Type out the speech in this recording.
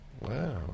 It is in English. Wow